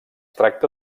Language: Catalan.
tracta